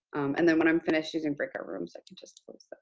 and then, when i'm finished using break-out rooms, i can just close